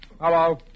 Hello